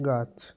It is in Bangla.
গাছ